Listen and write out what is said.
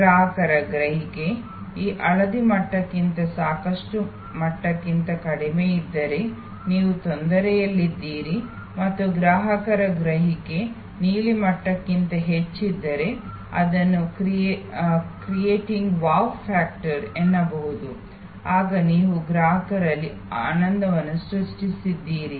ಗ್ರಾಹಕರ ಗ್ರಹಿಕೆ ಈ ಹಳದಿ ಮಟ್ಟಕ್ಕಿಂತ ಸಾಕಷ್ಟು ಮಟ್ಟಕ್ಕಿಂತ ಕಡಿಮೆಯಿದ್ದರೆ ನೀವು ತೊಂದರೆಯಲ್ಲಿದ್ದೀರಿ ಮತ್ತು ಗ್ರಾಹಕರ ಗ್ರಹಿಕೆ ನಿರೀಕ್ಷೆ ಮಟ್ಟಕ್ಕಿಂತ ಹೆಚ್ಚಿದ್ದರೆ ಅದನ್ನು creating wow factor ಎನ್ನಬಹುದು ಆಗ ನೀವು ಗ್ರಾಹಕರಲ್ಲಿ ಆನಂದವನ್ನು ಸೃಷ್ಟಿಸುತ್ತಿದ್ದೀರಿ